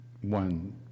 one